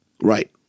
right